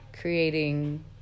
creating